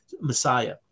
Messiah